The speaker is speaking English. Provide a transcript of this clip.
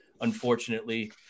unfortunately